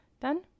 Done